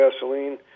gasoline